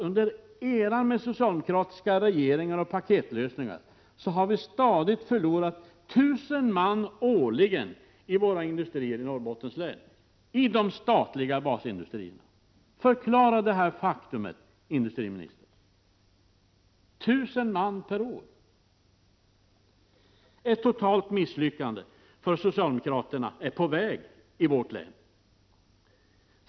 Under eran med socialdemokratiska regeringar och paketlösningar har vi stadigt förlorat tusen arbetstillfällen årligen vid våra industrier i Norrbottens län, vid de statliga basindustrierna. Förklara detta faktum, industriministern! Tusen man per år har fått gå! Ett totalt misslyckande för socialdemokraterna är på väg i vårt län.